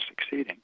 succeeding